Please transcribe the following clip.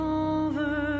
over